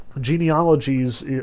genealogies